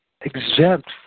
Exempt